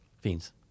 Fiends